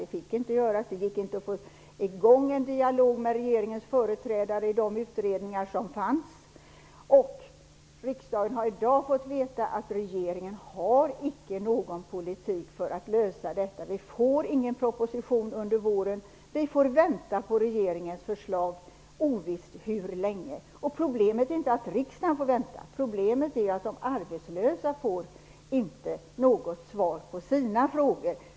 Det gick inte att få igång en dialog med regeringens företrädare i de utredningar som fanns. Riksdagen har i dag fått veta att regeringen inte har någon politik för att lösa detta. Vi får ingen proposition under våren. Vi får vänta på regeringens förslag - ovisst hur länge. Problemet är inte att riksdagen får vänta. Problemet är att arbetslösa inte får något svar på sina frågor.